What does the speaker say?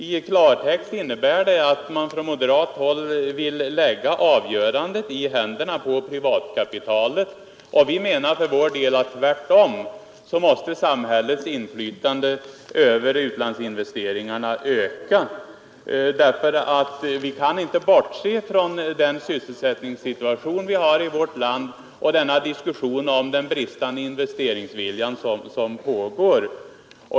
I klartext innebär det att man från moderat håll vill lägga avgörandet i händerna på privatkapitalet. Vi menar för vår del att samhällets inflytande över utlandsinvesteringarna tvärtom måste öka. Vi kan inte bortse från den sysselsättningssituation vi har i vårt land eller från den diskussion om den bristande investeringsviljan som pågår.